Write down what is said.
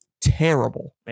terrible